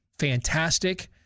Fantastic